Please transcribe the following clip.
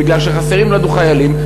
מפני שחסרים לנו חיילים,